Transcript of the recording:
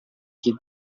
kid